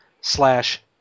slash